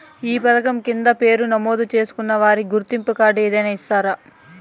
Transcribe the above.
ఈ పథకం కింద పేరు నమోదు చేసుకున్న వారికి గుర్తింపు కార్డు ఏదైనా ఇస్తారా?